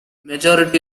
majority